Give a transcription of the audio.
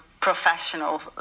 professional